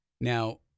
Now